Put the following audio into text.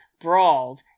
brawled